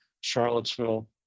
Charlottesville